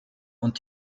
und